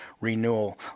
renewal